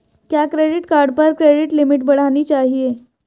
क्या credit card पर credit limit बढ़ानी चाहिए?